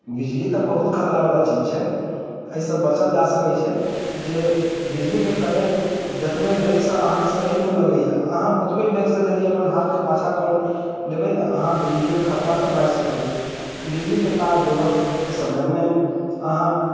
बिजली तऽ बहुत खतरा बला चीज छै एहिसँ बचल जा सकैत छै जे बिजलीके करेन्ट जतबे बेगसँ अहाँकेँ शरीरमे लगैया अहाँ ओतबे बेगसँ यदि अपन हाथके पाछाँ कऽ लेबै तऽ अहाँ बिजलीके खतरासँ बाँचि सकैत छी बिजलीके तार जोड़ऽके समयमे अहाँ